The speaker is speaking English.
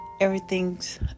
everything's